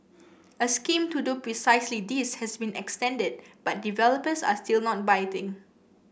a scheme to do precisely this has been extended but developers are still not biting